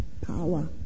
power